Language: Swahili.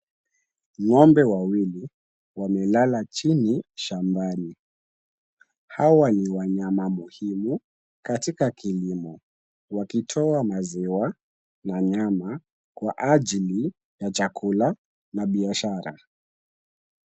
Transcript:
Ng'ombe wawili wamelala chini shambani. Hawa ni wanyama muhimu katika kilimo, wakitoa maziwa na nyama kwa ajili ya chakula na biashara.